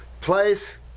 place